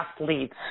athletes